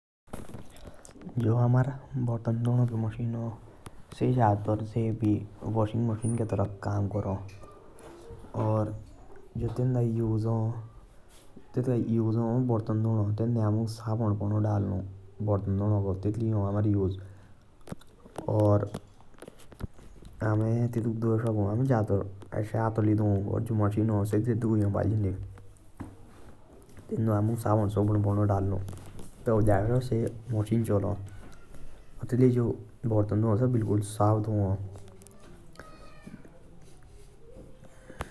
जो हमारे बर्तन धोने की मशीन हा। तेतका उसे हा बर्तन धोना मुँज। अमुक तेंदो साबुन पड़नो डालनो। तब जाऐ कर से मशीन कम करा।